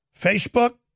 Facebook